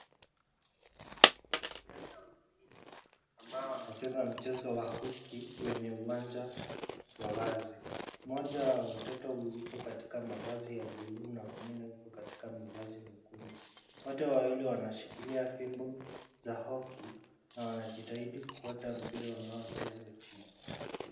Vijana wawili ambao wanacheza mchezo wa hockey wenye uwanja wa wazi. Mmoja wa watoto yupo katika mavazi ya blue na mwingine yupo katika mavazi mekundu. Wote wawili wanashikilia fimbo za hockey na wanajitahidi kufuata mpira unaochezwa chini.